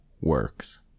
Works